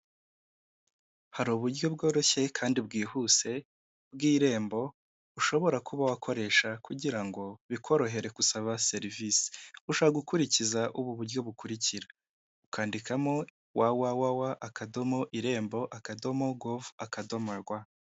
Hari uburyo bworoshye kandi bwihuse bw'irembo ushobora kuba wakoresha kugira ngo bikorohere gusaba serivisi ushaka gukurikiza ubu buryo bukurikira ukandikamo wa wa wa, akadomo, irembo, akadomo govu, akadomo rwa.